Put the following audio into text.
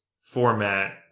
format